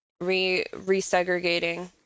re-resegregating